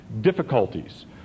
difficulties